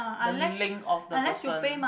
the link of the person